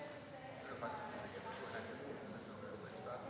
Tak,